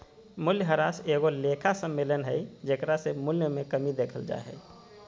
मूल्यह्रास एगो लेखा सम्मेलन हइ जेकरा से मूल्य मे कमी देखल जा हइ